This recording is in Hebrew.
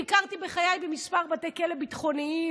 ביקרתי בחיי בכמה בתי כלא ביטחוניים.